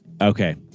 Okay